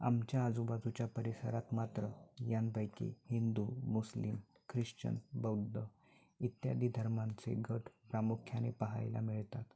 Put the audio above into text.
आमच्या आजूबाजूच्या परिसरात मात्र यापैकी हिंदू मुस्लिम ख्रिश्चन बौद्ध इत्यादी धर्मांचे गट प्रामुख्याने पाहायला मिळतात